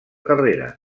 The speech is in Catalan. carrera